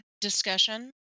discussion